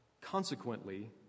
Consequently